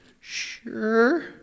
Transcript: sure